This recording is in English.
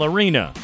Arena